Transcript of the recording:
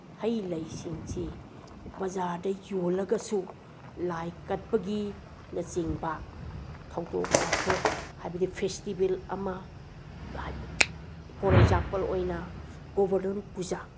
ꯍꯩ ꯂꯩꯁꯤꯡꯁꯤ ꯕꯖꯥꯔꯗ ꯌꯣꯜꯂꯒꯁꯨ ꯂꯥꯏꯀꯠꯄꯒꯤꯅꯆꯤꯡꯕ ꯊꯧꯗꯣꯛ ꯋꯥꯊꯣꯛ ꯍꯥꯏꯕꯗꯤ ꯐꯦꯁꯇꯤꯚꯦꯜ ꯑꯃ ꯐꯣꯔ ꯑꯦꯛꯖꯥꯝꯄꯜ ꯑꯣꯏꯅ ꯒꯣꯔꯕꯣꯗꯣꯟ ꯄꯨꯖꯥ